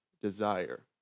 desire